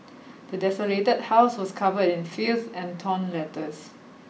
the desolated house was covered in filth and torn letters